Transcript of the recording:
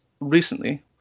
recently